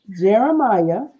Jeremiah